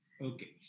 Okay